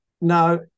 now